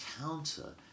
counter